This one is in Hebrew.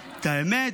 האמת,